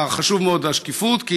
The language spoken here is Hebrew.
חשובה מאוד השקיפות,